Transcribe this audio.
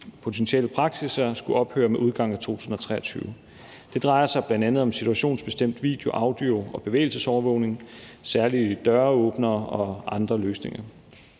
potentielle praksisser skulle ophøre med udgangen af 2023. Det drejer sig bl.a. om situationsbestemt video-, audio- og bevægelsesovervågning, særlige døråbnere og andre løsninger.